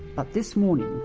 but this morning,